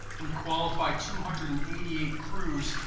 would qualify two hundred and eighty eight crews,